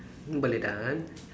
mm Malay dance